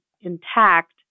intact